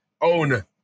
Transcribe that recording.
own